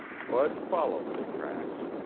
bud followed the tracks.